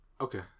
Okay